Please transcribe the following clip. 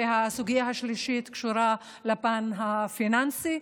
והסוגיה השלישית קשורה לפן הפיננסי,